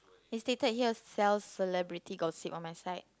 it's stated here sells celebrity gossip on my side